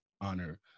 honor